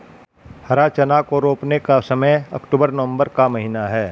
हरा चना को रोपने का समय अक्टूबर नवंबर का महीना है